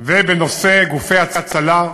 בנושא גופי הצלה,